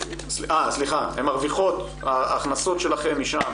מקבלות הן מרוויחות, ההכנסות שלכם משם